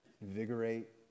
invigorate